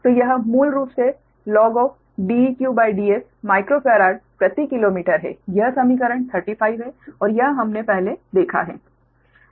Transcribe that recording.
तो यह मूल रूप से log DeqDs माइक्रोफेराड प्रति किलोमीटर है यह समीकरण 35 है और यह हमने पहले देखा है